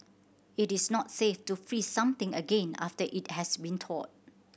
it is not safe to freeze something again after it has been thawed